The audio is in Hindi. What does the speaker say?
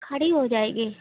खड़ी हो जाएगी